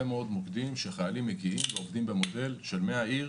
מוקדים שחיילים מגיעים ועובדים במודל של מהעיר